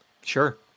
Sure